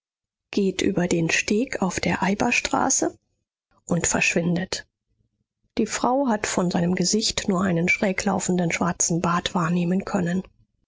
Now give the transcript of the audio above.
geht über den steg auf der eiberstraße und verschwindet die frau hat von seinem gesicht nur einen schräglaufenden schwarzen bart wahrnehmen können